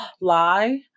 lie